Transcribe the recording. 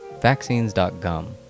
Vaccines.gum